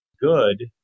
good